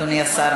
אדוני השר,